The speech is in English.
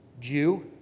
Jew